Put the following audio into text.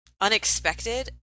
unexpected